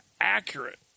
accurate